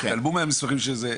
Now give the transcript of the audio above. התעלמו מהניסוחים שזה,